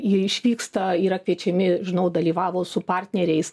jie išvyksta yra kviečiami žinau dalyvavo su partneriais